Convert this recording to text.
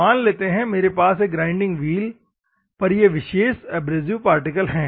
मान लेते हैं मेरे पास एक ग्राइंडिंग व्हील पर यह विशेष एब्रेसिव पार्टिकल है